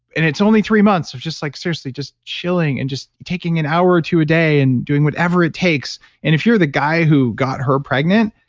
and it's only three months, of just like seriously just chilling and just taking an hour or two a day and doing whatever it takes and if you're the guy who got her pregnant,